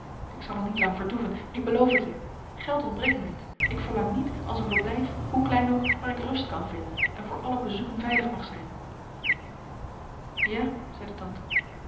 ik zal er niet lang vertoeven ik beloof het u geld ontbreekt mij niet ik verlang niet als een verblijf hoe klein ook waar ik rust kan vinden en voor alle bezoeken veilig mag zijn ja zeide tante